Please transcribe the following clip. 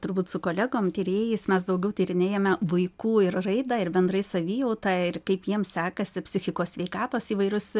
turbūt su kolegom tyrėjais mes daugiau tyrinėjame vaikų ir raidą ir bendrai savijautą ir kaip jiems sekasi psichikos sveikatos įvairius